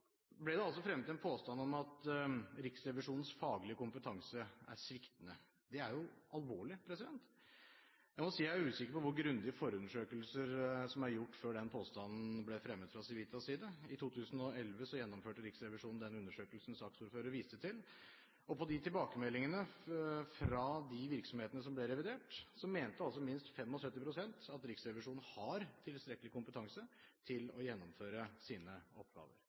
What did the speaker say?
ble det fremmet en påstand om at Riksrevisjonens faglige kompetanse er sviktende. Det er jo alvorlig! Jeg må si jeg er usikker på hvor grundige forundersøkelser som er gjort før den påstanden ble fremmet fra Civitas side. I 2011 gjennomførte Riksrevisjonen den undersøkelsen saksordføreren viste til, og tilbakemeldingene fra de virksomhetene som ble revidert, viste at minst 75 pst. mente at Riksrevisjonen har tilstrekkelig kompetanse til å gjennomføre sine oppgaver.